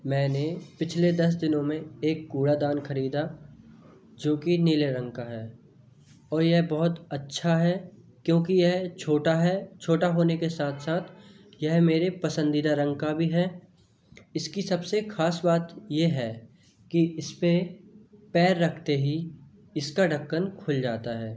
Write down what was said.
मैंने पिछले दस दिनों में एक कूड़ादान खरीद जो कि नीले रंग का है और यह बहुत अच्छा है क्योंकि यह छोटा है छोटा होने के साथ साथ यह मेरे पसंदीदा रंग का भी है इसकी सबसे खास बात ये है कि इस पे पैर रखते ही इसका ढक्कन खुल जाता है